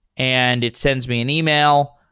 and it sends me an email